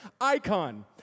icon